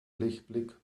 lichtblick